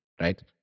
right